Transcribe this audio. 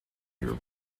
year